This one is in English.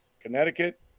Connecticut